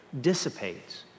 dissipates